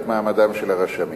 את מעמדם של הרשמים.